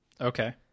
Okay